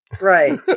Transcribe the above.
Right